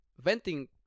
venting